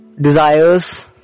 Desires